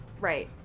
Right